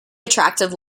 attractive